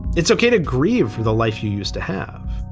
it's ok to grieve for the life you used to have.